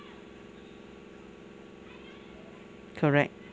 correct